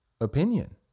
opinion